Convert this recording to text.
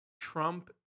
Trump